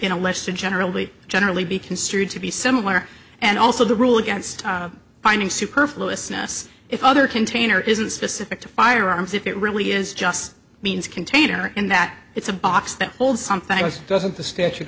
lesser generally generally be construed to be similar and also the rule against finding superfluous ness if other container isn't specific to firearms if it really is just means container and that it's a box that holds something doesn't the statute